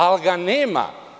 Ali ga nema.